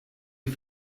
die